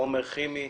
חומר כימי,